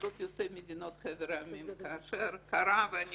התאחדות יוצאי מדינות חבר העמים כאשר קרה - ואני